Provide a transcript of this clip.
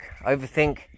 Overthink